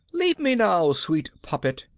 leave me now, sweet poppet.